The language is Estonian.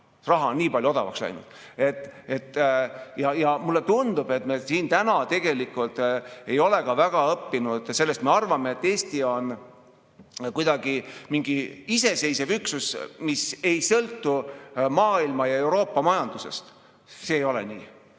raha on nii palju odavamaks läinud. Ja mulle tundub, et me täna tegelikult ei ole sellest väga palju õppinud. Me arvame, et Eesti on mingi iseseisev üksus, mis ei sõltu maailma ja Euroopa majandusest. See ei ole nii.